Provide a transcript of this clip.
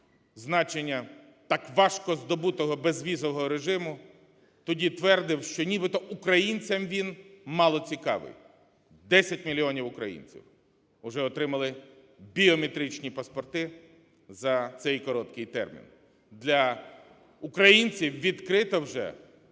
значення так важко здобутого безвізового режиму, тоді твердив, що нібито українцям він мало цікавий. 10 мільйонів українців вже отримали біометричні паспорти за цей короткий термін. Для українців відкрито вже